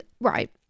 right